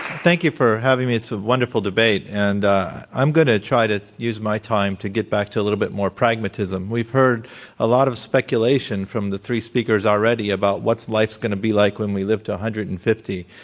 thank you for having me. it's a wonderful debate. and i'm going to try to use my time to get back to a little bit more pragmatism. we've heard a lot of speculation from the three s peakers already about what's life going to be like when we live to one hundred and fifty.